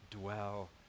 dwell